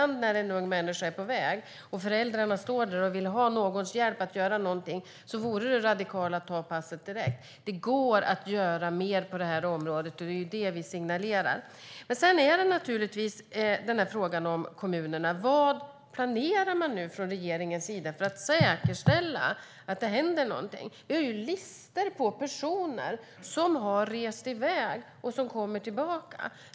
När en ung människa är på väg och föräldrarna står där och vill ha någons hjälp att göra något vore det radikala att ta passet direkt. Det går att göra mer på detta område, och det är det vi signalerar. När det gäller kommunerna, vad planerar regeringen för att säkerställa att det händer något? Vi har listor på personer som har rest iväg och kommer tillbaka.